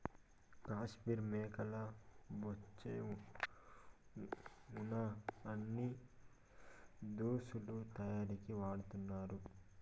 కాశ్మీర్ మేకల బొచ్చే వున ఉన్ని దుస్తులు తయారీకి వాడతన్నారు